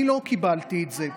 אני לא קיבלתי את זה.